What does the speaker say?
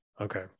Okay